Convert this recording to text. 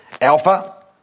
Alpha